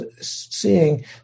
seeing